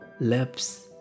lips